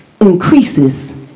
increases